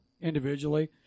individually